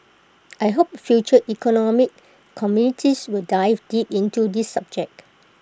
I hope future economic committees will dive deep into this subject